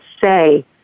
say